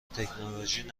تکنولوژی